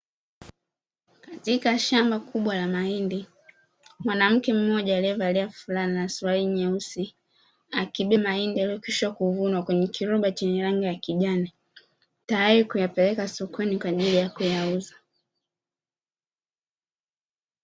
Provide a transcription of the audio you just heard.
Katika shamba kubwa la mahindi mwanamke mmoja aliyevalia fulana na suruali nyeusi akibeba mahindi yaliyokwisha kuvunwa kwenye kiroba chenye rangi ya kijani, tayari kuyapeleka sokoni kwa ajili ya kuyauza.